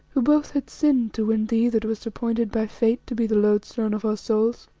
who both had sinned to win thee, that wast appointed by fate to be the lodestone of our souls.